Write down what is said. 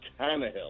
Tannehill